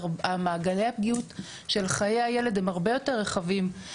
מעגלי הפגיעות של חיי הילד הם הרבה יותר רחבים.